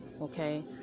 Okay